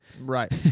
Right